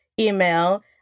email